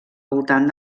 voltant